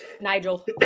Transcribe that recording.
Nigel